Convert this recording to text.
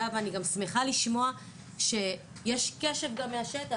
ואני גם שמחה לשמוע שיש קשב גם מהשטח,